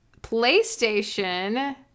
PlayStation